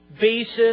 basis